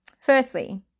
firstly